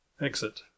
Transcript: Exit